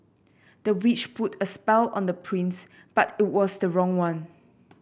the witch put a spell on the prince but it was the wrong one